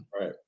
right